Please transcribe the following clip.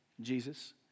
Jesus